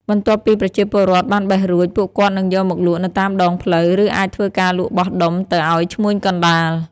បន្ទាប់ពីប្រជាពលរដ្ឋបានបេះរួច ពួកគាត់នឹងយកមកលក់នៅតាមដងផ្លូវ ឬអាចធ្វើការលក់បោះដុំទៅអោយឈ្មួញកណ្តាល។